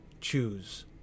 choose